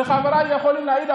וחבריי יכולים להעיד,